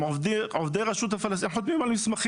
הם ממש חותמים על מסמכים,